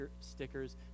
stickers